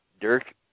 Dirk